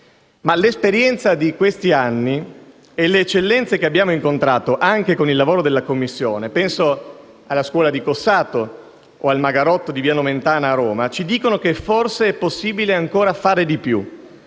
Ma l'esperienza di questi anni e le eccellenze che abbiamo incontrato, anche con il lavoro della Commissione - penso alla scuola di Cossato o all'istituto «Magarotto» di via Nomentana a Roma - ci dicono che forse è possibile fare ancora di più,